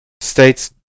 states